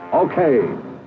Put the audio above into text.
Okay